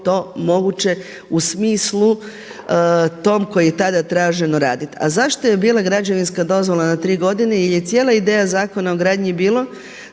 to moguće u smislu tom kome je tada traženo raditi. A zašto je bila građevinska dozvola na tri godine? Jer je cijela ideja Zakona o gradnji bilo,